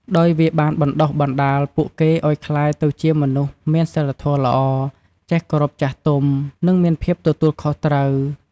ដោយវាបានបណ្ដុះបណ្ដាលពួកគេឲ្យក្លាយទៅជាមនុស្សមានសីលធម៌ល្អ ចេះគោរពចាស់ទុំ និងមានភាពទទួលខុសត្រូវ។